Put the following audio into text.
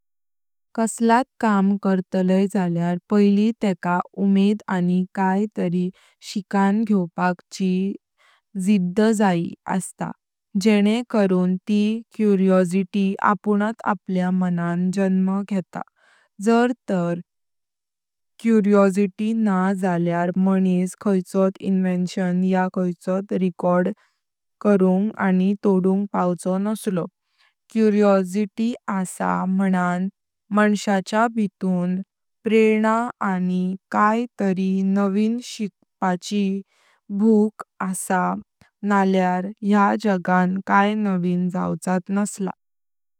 कसात काम करतलै जाल्यार पहली तेका उमेद आणि काय तरी शिकन घ्यावपाक ची जिद्द जाई असता जेनें करून ती आपुनात आपल्या मनांत जन्म घेतां। जर तर ण्हा जाल्यार मनिस खयचोत या खयचोत रेकॉर्ड करुंग आनी तोडुंग पावचो नसलो। अस मनांत मनशायच्या भीतून प्रेरणा आनी काय तरी नवीन शिकोआची भूक अस नाल्यार या जगांत काय नवीन जाऊचत नसलां।